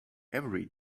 every